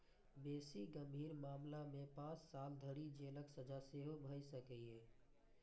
बेसी गंभीर मामला मे पांच साल धरि जेलक सजा सेहो भए सकैए